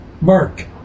Mark